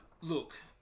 Look